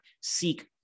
seek